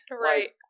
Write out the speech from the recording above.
Right